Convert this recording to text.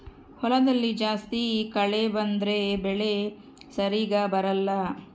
ಹೊಲದಲ್ಲಿ ಜಾಸ್ತಿ ಕಳೆ ಬಂದ್ರೆ ಬೆಳೆ ಸರಿಗ ಬರಲ್ಲ